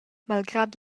malgrad